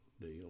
deal